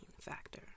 factor